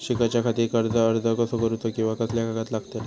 शिकाच्याखाती कर्ज अर्ज कसो करुचो कीवा कसले कागद लागतले?